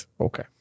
okay